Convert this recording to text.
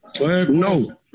No